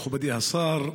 מכובדי השר,